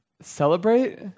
celebrate